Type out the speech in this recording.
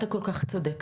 אתה כל כך צודק,